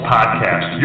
Podcast